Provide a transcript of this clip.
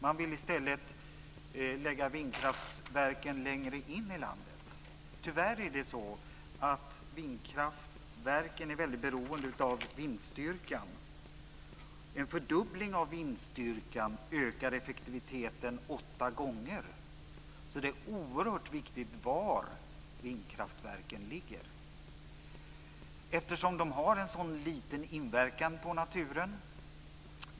Man vill i stället placera vindkraftverken längre in i landet. Tyvärr är det så att vindkraftverken är mycket beroende av vindstyrkan. En fördubbling av vindstyrkan ökar effektiviteten åtta gånger. Det är därför oerhört viktigt var vindkraftverken ligger. Eftersom de har en sådan liten inverkan på naturen.